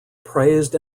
praised